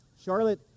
Charlotte